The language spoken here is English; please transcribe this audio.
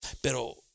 pero